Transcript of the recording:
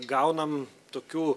gaunam tokių